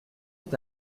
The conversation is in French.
est